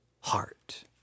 heart